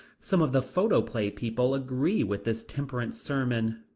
some of the photoplay people agree with this temperance sermon,